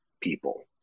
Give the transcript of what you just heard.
people